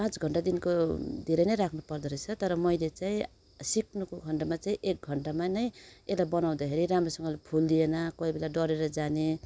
पाँच घण्टादेखिको धेरै नै राख्नुपर्दो रहेछ तर मैले चाहिँ सिक्नुको खण्डमा चाहिँ एक घण्टामा नै यसलाई बनाउँदाखेरि राम्रोसँग फुल्लिएन कोही बेला डढेर जाने